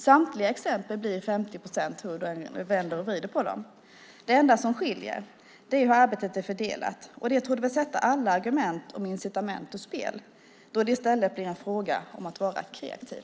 Samtliga exempel blir 50 procent hur man än vänder och vrider på dem. Det enda som skiljer exemplen åt är hur arbetet är fördelat. Det torde väl sätta alla argument om incitament ur spel då det i stället blir en fråga om att vara kreativ.